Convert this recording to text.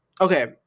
okay